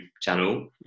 channel